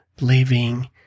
living